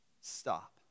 Stop